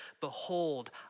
Behold